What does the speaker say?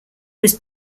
was